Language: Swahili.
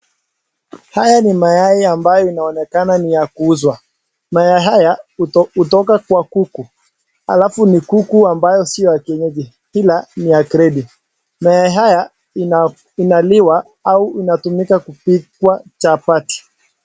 Haya ni mayai ambayo inaonekana ni ya kuuzwa. Mayai haya hutoka kwa kuku, alafu ni kuku ambayo sio wa kienyeji ila ni ya gredi. Mayai haya inaliwa ama inatumika kupikwa chapati.